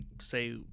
say